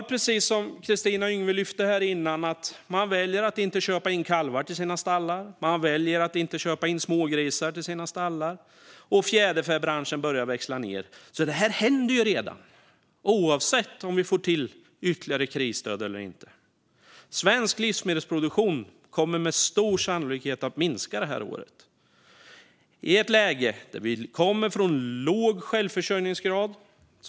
Precis som Kristina Yngwe lyfte fram väljer man att inte köpa in kalvar och smågrisar till sina stallar. Fjäderfäbranschen börjar växla ned. Det här händer redan, oavsett om vi får till ytterligare krisstöd eller inte. Svensk livsmedelsproduktion kommer med stor sannolikhet att minska det här året. Vi har redan i dag ett läge med låg självförsörjningsgrad.